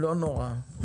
לא נורא.